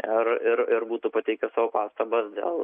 ir ir ir būtų pateikę savo pastabas dėl